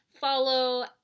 follow